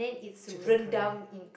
chicken curry